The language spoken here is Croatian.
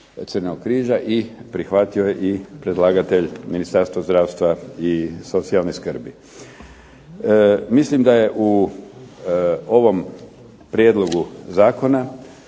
Crvenog križa i prihvatio je predlagatelj Ministarstvo zdravstva i socijalne skrbi. Mislim da je u ovom Prijedlogu zakona